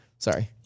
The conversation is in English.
Sorry